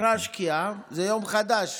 אחרי השקיעה זה יום חדש.